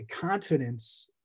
confidence